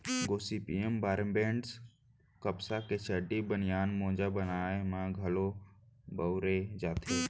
Gossypium barbadense कपसा के चड्डी, बनियान, मोजा बनाए म घलौ बउरे जाथे